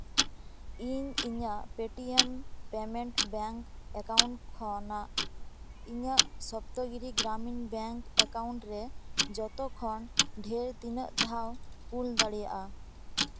ᱤᱧ ᱤᱧᱟᱹᱜ Paytm payment bank account ᱠᱷᱚᱱᱟᱜ ᱤᱧᱟᱹᱜ ᱥᱚᱯᱛᱚᱜᱤᱨᱤ ᱜᱨᱟᱢᱤᱱ ᱵᱮᱝᱠ ᱮᱠᱟᱣᱩᱱᱴ ᱨᱮ ᱡᱚᱛᱚ ᱠᱷᱚᱱ ᱰᱷᱮᱨ ᱛᱤᱱᱟᱹᱜ ᱫᱷᱟᱣ ᱠᱩᱞ ᱫᱟᱲᱮᱭᱟᱜᱼᱟ